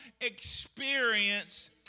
experience